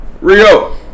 Rio